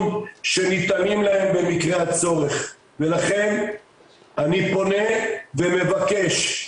שניתנים להם במקרה הצורך ולכן אני פונה ומבקש,